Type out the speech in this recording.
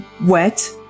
wet